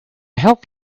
help